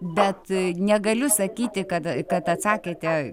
bet negaliu sakyti kad kad atsakėte